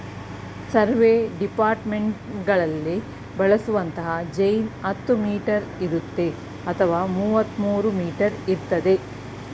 survey ಡಿಪಾರ್ಟ್ಮೆಂಟ್ನಲ್ಲಿ ಬಳಸುವಂತ chain ಹತ್ತು ಮೀಟರ್ ಇರುತ್ತೆ ಅಥವಾ ಮುವತ್ಮೂರೂ ಮೀಟರ್ ಇರ್ತದೆ